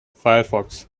firefox